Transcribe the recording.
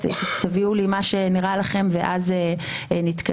תביאו לי מה שנראה לכם ואז נתקדם.